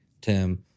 Tim